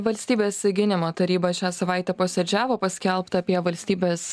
valstybės gynimo taryba šią savaitę posėdžiavo paskelbta apie valstybės